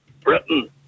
Britain